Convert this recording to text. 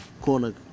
corner